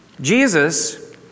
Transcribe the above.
Jesus